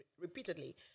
repeatedly